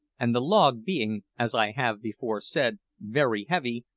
and the log being, as i have before said, very heavy,